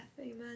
Amen